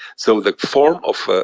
so the form of